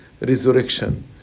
resurrection